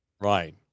Right